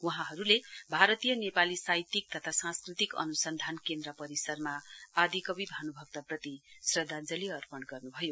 वहाँहरूले भारतीय नेपाली साहित्यिक तथा सांस्कृतिक अनुसन्धान केन्द्र परिसरमा आदिकवि भानुभक्तप्रति श्रध्याञ्जली अर्पण गर्नुभयो